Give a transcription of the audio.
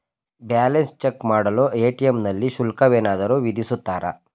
Balance check ಮಾಡಲು ATM ನಲ್ಲಿ ಶುಲ್ಕವೇನಾದರೂ ವಿಧಿಸುತ್ತಾರಾ?